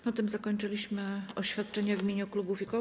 Na tym zakończyliśmy oświadczenia w imieniu klubów i koła.